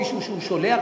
מישהו שהוא שולח,